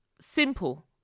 simple